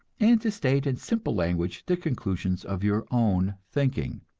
and to state in simple language the conclusions of your own thinking.